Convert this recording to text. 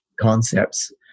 concepts